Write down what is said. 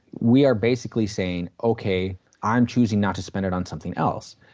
we are basically saying ok i'm choosing not to spend it on something else.